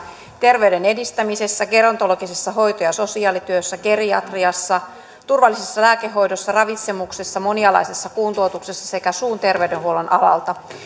terveyden edistämisessä gerontologisessa hoito ja sosiaalityössä geriatriassa turvallisessa lääkehoidossa ravitsemuksessa monialaisessa kuntoutuksessa sekä suun terveydenhuollon alalta